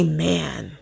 Amen